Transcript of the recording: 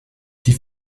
die